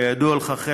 כידוע לך.